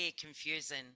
confusing